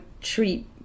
treat